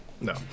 No